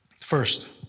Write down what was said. First